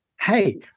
Hey